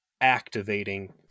activating